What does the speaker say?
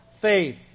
faith